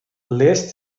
lässt